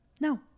No